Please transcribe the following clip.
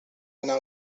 anar